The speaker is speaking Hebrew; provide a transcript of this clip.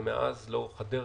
ומאז לאורך הדרך,